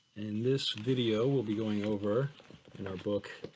in this video we'll be going over in our book,